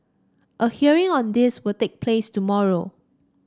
a hearing on this will take place tomorrow